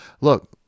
Look